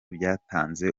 byatanze